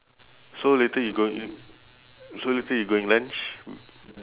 so later you go~ y~ so later you going lunch